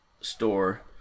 store